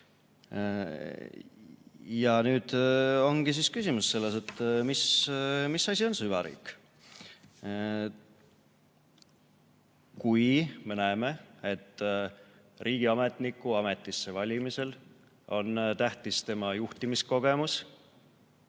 Nüüd ongi küsimus selles, et mis asi on süvariik. Kui me näeme, et riigiametniku ametisse valimisel on tähtis tema juhtimiskogemus